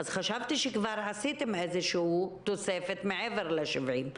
חשבתי שכבר עשיתם איזושהי תוספת מעבר ל-70.